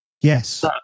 Yes